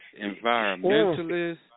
Environmentalists